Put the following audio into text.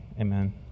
amen